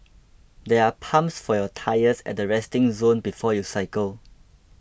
there are pumps for your tyres at the resting zone before you cycle